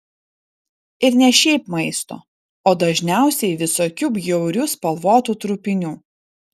ir ne šiaip maisto o dažniausiai visokių bjaurių spalvotų trupinių